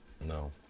No